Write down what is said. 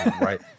right